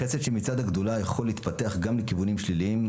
החסד שמצד הגדולה יכול להתפתח גם לכיוונים שליליים,